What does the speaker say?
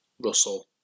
russell